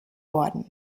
worden